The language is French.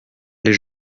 les